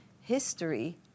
history